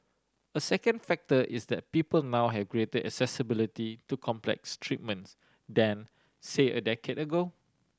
a second factor is that people now have greater accessibility to complex treatments than say a decade ago